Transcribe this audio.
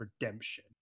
Redemption